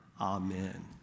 Amen